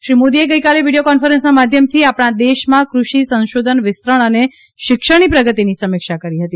શ્રી મોદીએ ગઈકાલે વીડિયો કોન્ફરેન્સના માધ્યમથી આપણા દેશમાં કૃષિ સંશોધન વિસ્તરણ અને શિક્ષણની પ્રગતિની સમીક્ષા કરી હતી